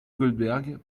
goldberg